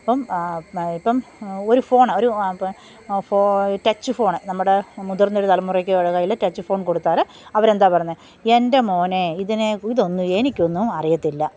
അപ്പോള് ഇപ്പോള് ഒരു ഫോണ് ഒരു അ പ ഫോ ടച്ച് ഫോണ് നമ്മുടെ മുതിർന്നൊരു തലമുറയ്ക്ക് അവരുടെ കയ്യില് ടച്ച് ഫോൺ കൊടുത്താല് അവരെന്താ പറയുന്നെ എൻ്റെ മോനെ ഇതിനെ ഇതൊന്നും എനിക്കൊന്നും അറിയത്തില്ല